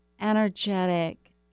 energetic